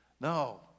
No